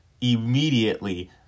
immediately